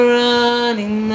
running